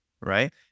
right